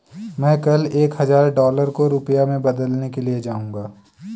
मैं कल एक हजार डॉलर को रुपया में बदलने के लिए जाऊंगा